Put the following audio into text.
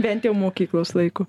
bent jau mokyklos laiku